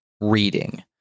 reading